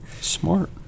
Smart